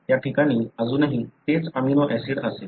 त्या ठिकाणी अजूनही तेच अमिनो ऍसिड असेल